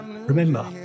Remember